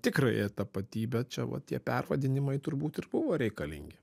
tikrąją tapatybę čia va tie pervadinimai turbūt ir buvo reikalingi